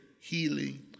healing